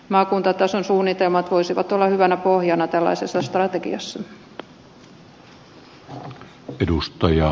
maakuntatason suunnitelmat voisivat olla hyvänä pohjana tällaisessa strategiassa